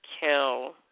kill